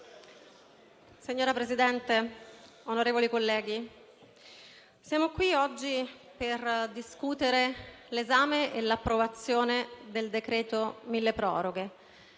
Signor Presidente, onorevoli colleghi, siamo qui oggi per discutere l'esame e la conversione in legge del decreto milleproroghe.